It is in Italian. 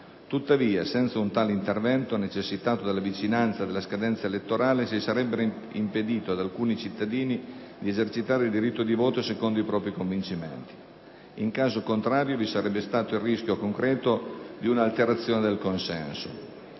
Tuttavia, senza un tale intervento, necessitato dalla vicinanza della scadenza elettorale, si sarebbe impedito a taluni cittadini di esercitare il diritto di voto secondo i propri convincimenti. In caso contrario, vi sarebbe stato il rischio concreto di una alterazione del consenso.